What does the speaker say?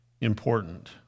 important